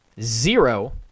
Zero